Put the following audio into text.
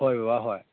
ꯍꯣꯏ ꯕꯕꯥ ꯍꯣꯏ